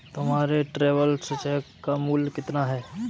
तुम्हारे travellers cheque का मूल्य कितना है?